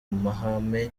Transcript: mahame